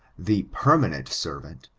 the permanent servant,